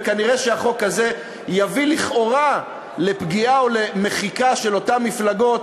וכנראה החוק הזה יביא לכאורה לפגיעה או למחיקה של אותן מפלגות,